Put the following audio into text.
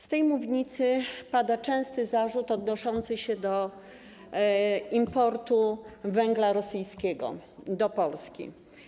Z tej mównicy pada częsty zarzut odnoszący się do importu rosyjskiego węgla do Polski.